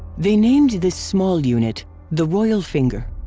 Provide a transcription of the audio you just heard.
they named this small unit the royal finger